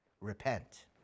Repent